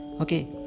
okay